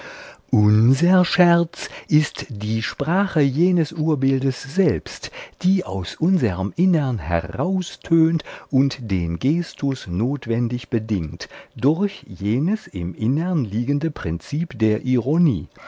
unser scherz ist die sprache jenes urbildes selbst die aus unserm innern heraustönt und den gestus notwendig bedingt durch jenes im innern liegende prinzip der ironie